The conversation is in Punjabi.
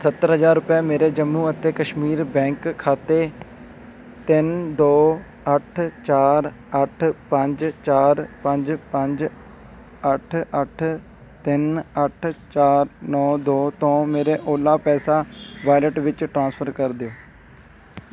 ਸੱਤਰ ਹਜ਼ਾਰ ਰੁਪਏ ਮੇਰੇ ਜੰਮੂ ਅਤੇ ਕਸ਼ਮੀਰ ਬੈਂਕ ਖਾਤੇ ਤਿੰਨ ਦੋ ਅੱਠ ਚਾਰ ਅੱਠ ਪੰਜ ਚਾਰ ਪੰਜ ਪੰਜ ਅੱਠ ਅੱਠ ਤਿੰਨ ਅੱਠ ਚਾਰ ਨੌ ਦੋ ਤੋਂ ਮੇਰੇ ਓਲਾ ਪੈਸਾ ਵਾਲਿਟ ਵਿੱਚ ਟ੍ਰਾਂਸਫਰ ਕਰ ਦਿਓ